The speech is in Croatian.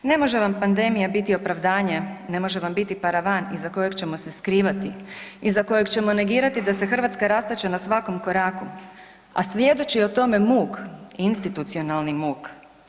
Ne može vam pandemija biti opravdanje, ne može vam biti paravan iza kojeg ćemo se skrivati, iza kojeg ćemo negirati da se Hrvatska rastače na svakom koraku, a svjedoči o tome muk, institucionalni muk.